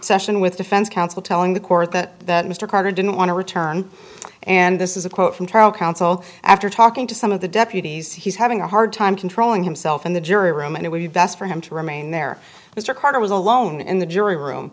session with defense counsel telling the court that mr carter didn't want to return and this is a quote from tribal council after talking to some of the deputies he's having a hard time controlling himself in the jury room and it would be best for him to remain there mr carter was alone in the jury